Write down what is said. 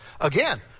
Again